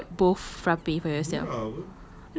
so you got both frappe for yourself